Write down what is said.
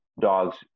dogs